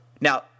Now